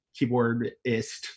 keyboardist